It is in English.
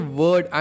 word